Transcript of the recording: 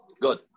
Good